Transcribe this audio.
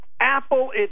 Apple